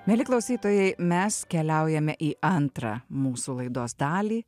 mieli klausytojai mes keliaujame į antrą mūsų laidos dalį